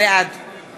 בעד